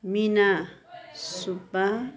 Meena Subba